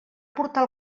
aportar